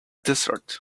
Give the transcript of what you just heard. desert